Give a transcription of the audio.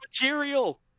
material